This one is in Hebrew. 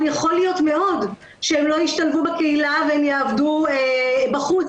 יכול להיות מאוד שהם לא ישתלבו בקהילה והם יעבדו בחוץ.